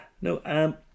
No